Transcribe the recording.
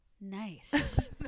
nice